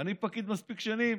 אני פקיד מספיק שנים